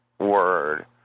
word